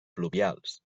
pluvials